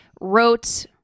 wrote